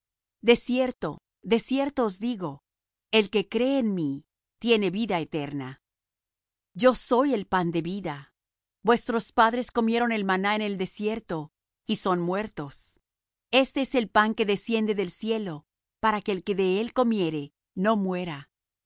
de cierto os digo el que cree en mí tiene vida eterna yo soy el pan de vida vuestros padres comieron el maná en el desierto y son muertos este es el pan que desciende del cielo para que el que de él comiere no muera